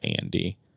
Andy